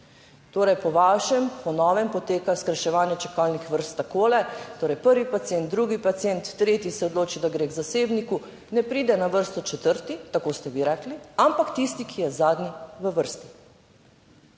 Torej, po vašem, o novem poteka skrajševanje čakalnih vrst takole, torej prvi pacient, drugi pacient, tretji se odloči, da gre k zasebniku, ne pride na vrsto četrti, tako ste vi rekli, ampak tisti, ki je zadnji v vrsti.